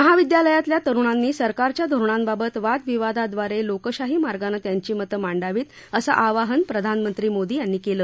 महाविद्यालयातल्या तरुणांनी सरकारच्या धोरणांबाबत वादविवादाद्वारे लोकशाही मार्गानं त्यांची मतं मांडावीत असं आवाहन प्रधानमंत्री मोदी यांनी केलं